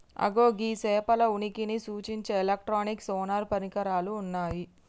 అగో గీ సేపల ఉనికిని సూచించే ఎలక్ట్రానిక్ సోనార్ పరికరాలు ఉన్నయ్యి